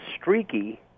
streaky